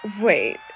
Wait